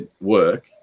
work